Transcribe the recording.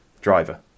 driver